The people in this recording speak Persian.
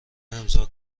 امضا